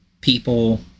people